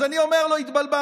אז אני אומר לו: התבלבלת,